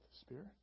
Spirit